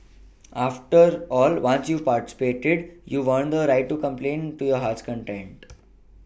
after all once you've participated you've earned the right to complain to your heart's content